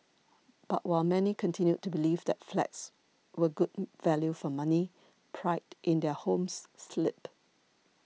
but while many continued to believe that flats were good value for money pride in their homes slipped